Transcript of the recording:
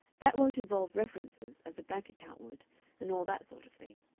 that won't involve references, as a bank account would and all that sort of thing.